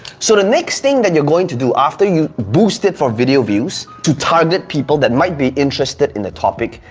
so the next thing that you're going to do after you boost it for video views to target people that might be interested in the topic.